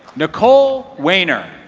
nicole weiner.